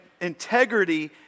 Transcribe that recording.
integrity